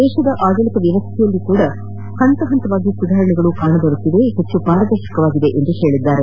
ದೇಶದ ಆಡಳತ ವ್ಯವಸ್ಥೆಯಲ್ಲಿಯೂ ಕೂಡ ಹಂತ ಹಂತವಾಗಿ ಸುಧಾರಣೆಗಳು ಕಂಡುಬರುತ್ತಿದ್ದು ಹೆಚ್ಚು ಪಾರದರ್ಶಕವಾಗಿದೆ ಎಂದಿದ್ದಾರೆ